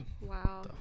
Wow